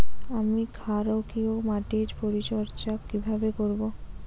আমি ক্ষারকীয় মাটির পরিচর্যা কিভাবে করব?